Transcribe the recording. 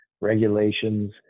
regulations